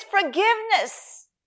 forgiveness